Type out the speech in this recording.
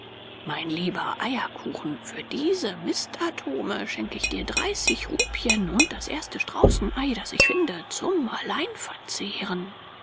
mein lieber eierkuchen für diese mistatome schenke ich dir dreißig rupien und das erste straußenei das ich finde zum alleinverzehren